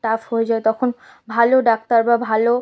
tough হয়ে যায় তখন ভালো ডাক্তার বা ভালো